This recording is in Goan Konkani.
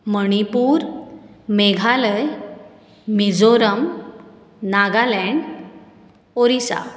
मणिपूर मेघालय मिझोराम नागालेंड ओरिसा